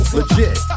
Legit